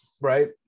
right